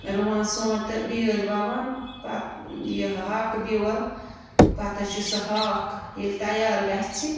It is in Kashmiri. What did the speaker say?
رُوان سونٛتہٕ بیٲلۍ وَوان پتہٕ یہِ ہاکہٕ بیول پتہٕ حظ چھِ سُہ ہاکھ ییٚلہِ تیار گَژِھہِ